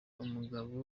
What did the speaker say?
umugabo